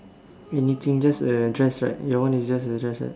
anything just a dress right your one is just a dress right